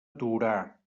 torà